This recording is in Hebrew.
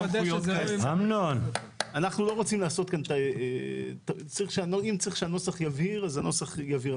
אם רוצים שהנוסח יבהיר, אז הנוסח יבהיר.